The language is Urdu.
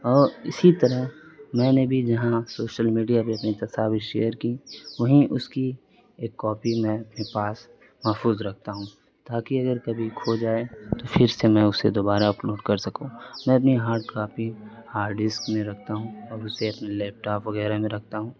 اور اسی طرح میں نے بھی جہاں سوشل میڈیا پہ اپنی تصاویر شیئر کی وہیں اس کی ایک کاپی میں اپنے پاس محفوظ رکھتا ہوں تاکہ اگر کبھی کھو جائے تو پھر سے میں اسے دوبارہ اپلوڈ کر سکوں میں اپنی ہارڈ کاپی ہارڈ ڈسک میں رکھتا ہوں اور اسے اپنے لیپ ٹاپ وگیرہ میں رکھتا ہوں